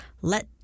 let